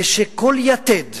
כשכל יתד